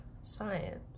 science